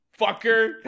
fucker